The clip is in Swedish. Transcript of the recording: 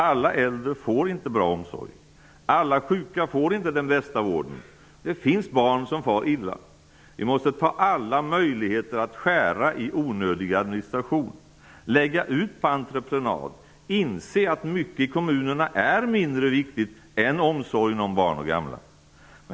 Alla äldre får inte god omsorg. Alla sjuka får inte den bästa vården. Det finns barn som far illa. Vi måste ta alla möjligheter att minska onödig administration och lägga ut verksamhet på entreprenad. Vi måste inse att mycket i kommunerna är mindre viktigt än omsorgen om barn och gamla.